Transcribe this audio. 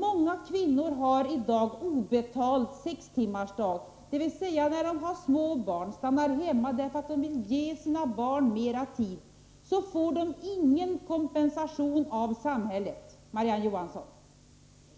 Många kvinnor har i dag obetald sextimmarsdag, dvs. när de har små barn, stannar hemma därför att de vill ge sina barn mera tid, får de ingen kompensation av samhället, Marie-Ann Johansson!